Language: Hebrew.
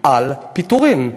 על פיטורים.